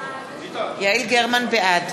בעד